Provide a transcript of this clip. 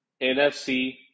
NFC